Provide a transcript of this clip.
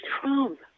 Trump